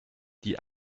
die